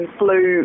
flew